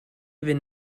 even